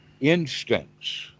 instincts